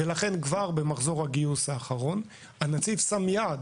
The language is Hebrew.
לכן כבר במחזור הגיוס האחרון הנציב שם יעד,